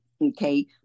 okay